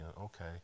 Okay